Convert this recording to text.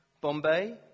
Bombay